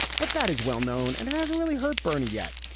but that is well-known and it hasn't really hurt bernie yet.